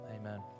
Amen